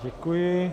Děkuji.